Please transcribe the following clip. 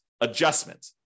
adjustment